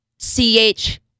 CH